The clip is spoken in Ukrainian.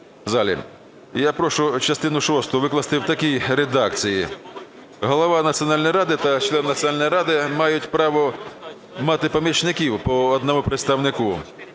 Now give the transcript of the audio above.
Я прошу частину шосту викласти в такій редакції: "Голова Національної ради та члени Національної ради мають право мати помічників (по одному представнику),